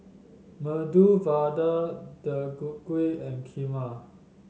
Medu Vada Deodeok Gui and Kheema